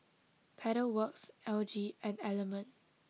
Pedal Works L G and Element